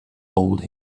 told